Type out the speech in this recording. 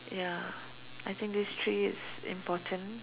ya I think these three is important